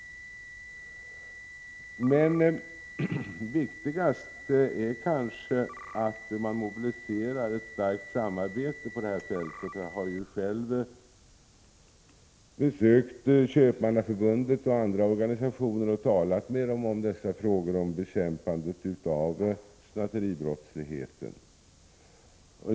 Viktigast är dock att man mobiliserar ett starkt samarbete på detta fält. Jag Prot. 1986/87:104 har själv besökt Köpmannaförbundet och andra organisationer och talat med 8 april 1987 dem om bekämpandet av snatteribrottsligheten.